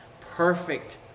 Perfect